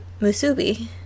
musubi